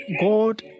God